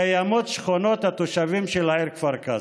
קיימות שכונות התושבים של העיר כפר קאסם.